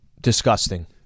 disgusting